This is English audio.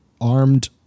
armed